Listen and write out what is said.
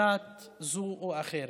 ואינן תלויות בדת זו או אחרת.